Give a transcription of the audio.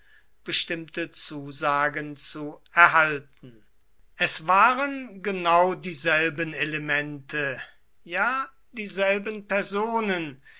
bestimmte zusagen zu erhalten es waren genau dieselben elemente ja dieselben personen